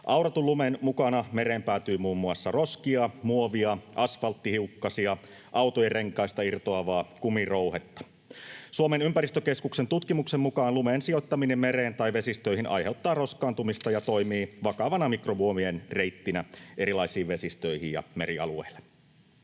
Auratun lumen mukana mereen päätyy muun muassa roskia, muovia, asfalttihiukkasia, autojen renkaista irtoavaa kumirouhetta. Suomen ympäristökeskuksen tutkimuksen mukaan lumen sijoittaminen mereen tai vesistöihin aiheuttaa roskaantumista ja toimii vakavana mikromuovien reittinä erilaisiin vesistöihin ja merialueille.